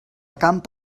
camp